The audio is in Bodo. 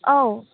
औ